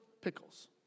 pickles